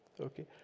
okay